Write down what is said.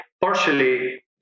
partially